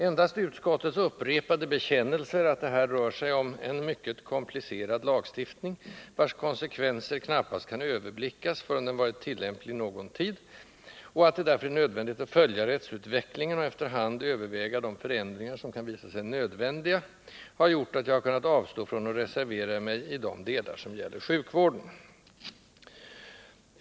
Endast utskottets upprepade bekännelser att det här rör sig om ”en mycket komplicerad lagstiftning”, vars konsekvenser knappast kan överblickas förrän den varit ”tillämplig någon tid”, och att det därför är nödvändigt att följa rättsutvecklingen och efter hand överväga de förändringar som kan visa sig nödvändiga har gjort att jag har kunnat avstå från att reservera mig i de delar som gäller sjukvården.